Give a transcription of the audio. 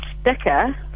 sticker